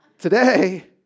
Today